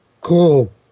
Cool